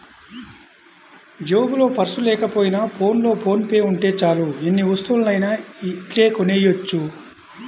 జేబులో పర్సు లేకపోయినా ఫోన్లో ఫోన్ పే ఉంటే చాలు ఎన్ని వస్తువులనైనా ఇట్టే కొనెయ్యొచ్చు